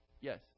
Yes